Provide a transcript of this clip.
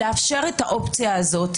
לאפשר את האופציה הזו,